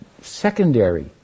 secondary